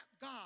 God